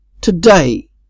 Today